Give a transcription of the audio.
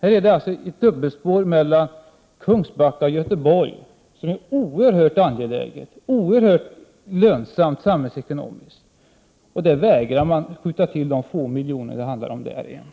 Här är det alltså fråga om ett dubbelspår mellan Kungsbacka och Göteborg som är oerhört angeläget och oerhört lönsamt samhällsekonomiskt, men socialdemokraterna och regeringen vägrar skjuta till de få miljoner som det handlar om i det här fallet.